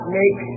make